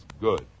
good